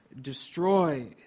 destroy